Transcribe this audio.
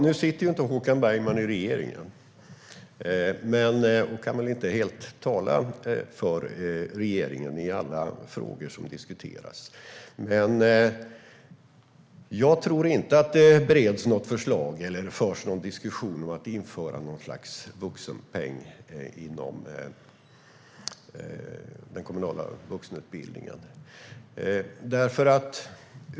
Nu sitter inte Håkan Bergman i regeringen och kan väl inte helt tala för regeringen i alla frågor som diskuteras. Men jag tror inte att det bereds något förslag eller förs någon diskussion om att införa något slags vuxenpeng inom den kommunala vuxenutbildningen.